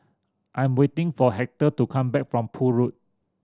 I am waiting for Hector to come back from Poole Road